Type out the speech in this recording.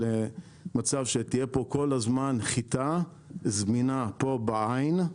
למצב שתהיה פה כל הזמן חיטה זמינה פה בעין,